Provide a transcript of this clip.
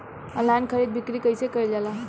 Online खरीद बिक्री कइसे कइल जाला?